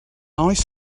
oes